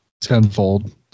tenfold